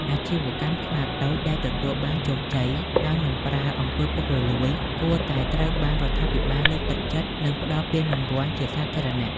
អាជីវកម្មខ្នាតតូចដែលទទួលបានជោគជ័យដោយមិនប្រើ អំពើពុករលួយ គួរតែត្រូវបានរដ្ឋាភិបាលលើកទឹកចិត្ត និងផ្ដល់ពានរង្វាន់ជាសាធារណៈ។